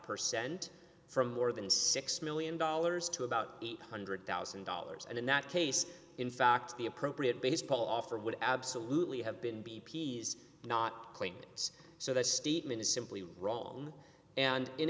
percent from more than six million dollars to about eight hundred thousand dollars and in that case in fact the appropriate baseball offer would absolutely have been b p s not claims so the statement is simply wrong and in